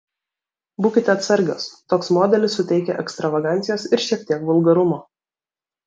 būkite atsargios toks modelis suteikia ekstravagancijos ir šiek tiek vulgarumo